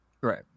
right